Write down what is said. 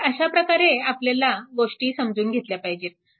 तर अशा प्रकारे आपल्याला गोष्टी समजून घेतल्या पाहिजेत